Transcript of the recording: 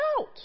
out